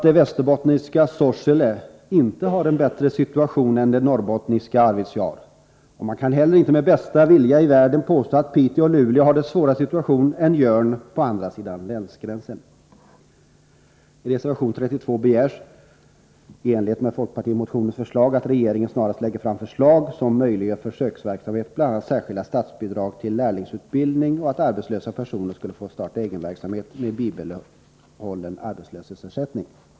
Det västerbottniska Sorsele har inte en bättre situation än det norrboitniska Arvidsjaur, och man kan heller inte med bästa vilja i världen påstå att Piteå och Luleå skulle ha en svårare situation än Jörn på den andra sidan länsgränsen. I reservation 32 begärs, i enlighet med folkpartimotionens förslag, att regeringen snarast lägger fram förslag som möjliggör försöksverksamhet med bl.a. särskilda statsbidrag till lärlingsutbildning och bibehållen arbetslöshetsersättning till arbetslösa personer som får starta egen verksamhet.